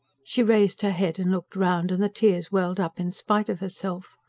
she raised her head and looked round, and the tears welled up in spite of herself.